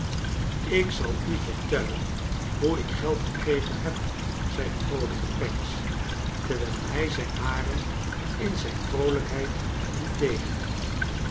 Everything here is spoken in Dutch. ik zal u vertellen hoe ik geld gekregen heb zei de vroolijke pancks terwijl hij zijn harea in zijn vroolijkheid liet deelen